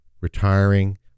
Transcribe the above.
retiring